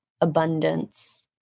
abundance